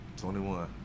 21